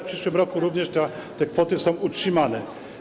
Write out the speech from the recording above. W przyszłym roku również te kwoty będą utrzymane.